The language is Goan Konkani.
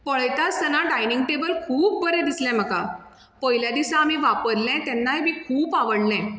पळयता आसतना डायनींग टेबल खूब बरें दिसलें म्हाका पयले दिसा आमी वापरलें तेन्नाय बी खूब आवडलें